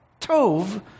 tov